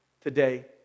today